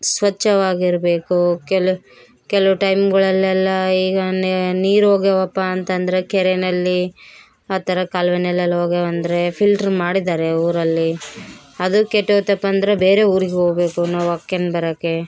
ಸ್ವಚ್ಛವಾಗಿರಬೇಕು ಕೆಲೊ ಕೆಲವು ಟೈಮ್ಗಳಲ್ಲೆಲ್ಲ ಈಗ ನೀರು ಹೋಗಿದಾವಪ್ಪ ಅಂತಂದರೆ ಕೆರೇಯಲ್ಲಿ ಆ ಥರ ಕಾಲ್ವೆಯಲ್ಲೆಲ್ಲ ಹೋಗಿದಾವ್ ಅಂದರೆ ಫಿಲ್ಟ್ರ್ ಮಾಡಿದ್ದಾರೆ ಊರಲ್ಲಿ ಅದೂ ಕೆಟ್ಟೋಯ್ತಪ್ಪ ಅಂದರೆ ಬೇರೆ ಊರಿಗೆ ಹೋಬೇಕು ನಾವು ಹಾಕೊಂಡ್ ಬರೋಕೆ